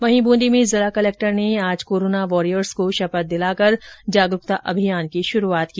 वहीं बूंदी में जिला कलक्टर ने आज कोरोना वॉरियर्स को शपथ दिलाकर जागरूकता अभियान की शुरूआत की